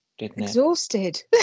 exhausted